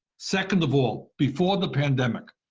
second of all, before the pandemic,